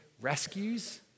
rescues